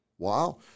Wow